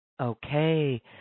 Okay